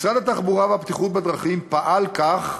משרד התחבורה והבטיחות בדרכים פעל כך